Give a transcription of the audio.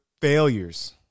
failures